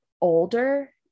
older